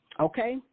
okay